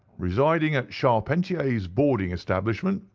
residing at charpentier's boarding establishment,